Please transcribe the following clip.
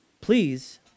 Please